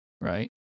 Right